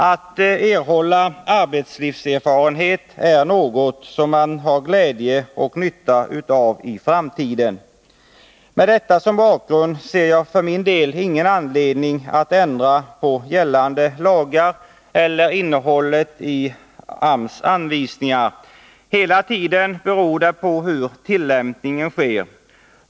Att erhålla arbetslivserfarenhet är något som man har glädje och nytta av i framtiden. Med detta som bakgrund ser jag för min del ingen anledning att ändra på gällande lagar eller innehållet i AMS anvisningar. Hela tiden beror det på hur tillämpningen sker.